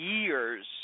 years